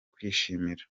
kwishimira